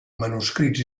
manuscrits